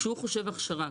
כשהוא חושב הכשרה,